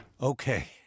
Okay